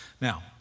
Now